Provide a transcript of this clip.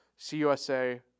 CUSA